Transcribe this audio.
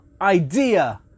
idea